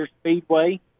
speedway